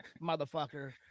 motherfucker